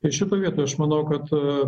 ir šitoj vietoj aš manau kad